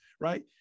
right